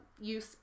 use